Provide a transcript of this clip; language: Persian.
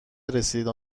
رسیدن